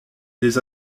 des